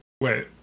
Wait